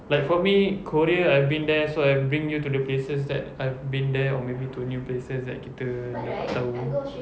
like for me korea I've been there so I bring you to the places that I've been there or maybe to new places that kita yang dapat tahu